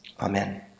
Amen